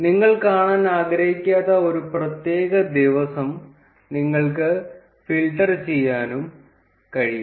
നിങ്ങൾ കാണാൻ ആഗ്രഹിക്കാത്ത ഒരു പ്രത്യേക ദിവസം നിങ്ങൾക്ക് ഫിൽട്ടർ ചെയ്യാനും കഴിയും